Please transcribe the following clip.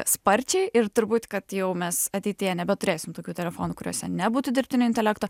sparčiai ir turbūt kad jau mes ateityje nebeturėsim tokių telefonų kuriuose nebūtų dirbtinio intelekto